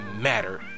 matter